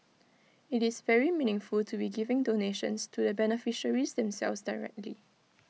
IT is very meaningful to be giving donations to the beneficiaries themselves directly